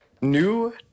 New